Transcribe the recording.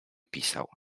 pisał